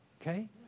okay